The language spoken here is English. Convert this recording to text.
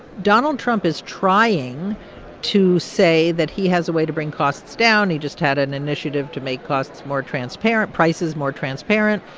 donald trump is trying to say that he has a way to bring costs down. he just had an initiative to make costs more transparent, prices more transparent.